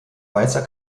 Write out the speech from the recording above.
weißer